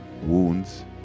Wounds